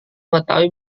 mengetahui